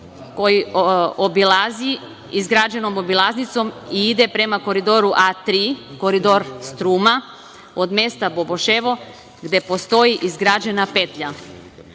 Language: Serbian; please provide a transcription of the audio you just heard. koji obilazi izgrađenom obilaznicom i ide prema Koridoru A1, Koridor Struma, od mesta Boboševo, gde postoji izgrađena Petlja. Dužina